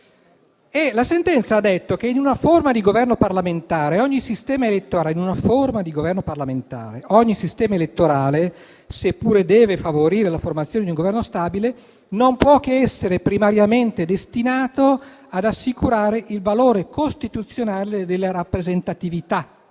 che afferma che in una forma di governo parlamentare ogni sistema elettorale, seppure deve favorire la formazione di un Governo stabile, non può che essere primariamente destinato ad assicurare il valore costituzionale della rappresentatività.